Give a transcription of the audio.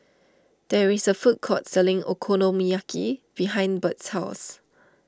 there is a food court selling Okonomiyaki behind Birt's house